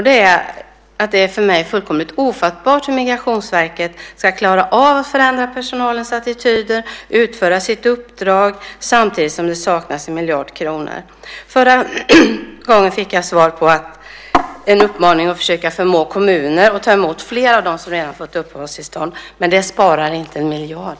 Det är för mig fullkomligt ofattbart hur Migrationsverket ska klara av att förändra personalens attityder och utföra sitt uppdrag samtidigt som det saknas 1 miljard kronor. Förra gången fick jag en uppmaning att försöka förmå kommuner att ta emot fler av dem som redan har fått uppehållstillstånd. Men det sparar inte 1 miljard.